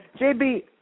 JB